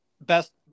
best